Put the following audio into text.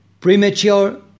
premature